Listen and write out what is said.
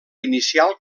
inicial